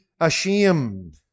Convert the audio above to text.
ashamed